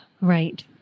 Right